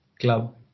club